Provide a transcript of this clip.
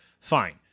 Fine